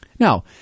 Now